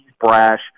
brash